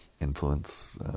influence